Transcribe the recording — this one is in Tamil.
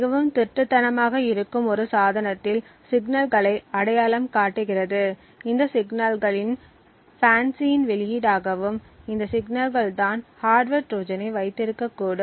மிகவும் திருட்டுத்தனமாக இருக்கும் ஒரு சாதனத்தில் சிக்னல்களை FANCI அடையாளம் காட்டுகிறது இந்த சிக்னல்கள் FANCI இன் வெளியீடாகவும் இந்த சிக்னல்கள் தான் ஹார்ட்வர் ட்ரோஜனை வைத்திருக்க கூடும்